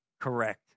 correct